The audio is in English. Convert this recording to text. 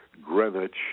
Greenwich